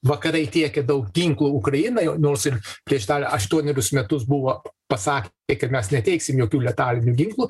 vakarai tiekia daug ginklų ukrainai nors ir prieš aštuonerius metus buvo pasakę kad mes neteiksim jokių letalinių ginklų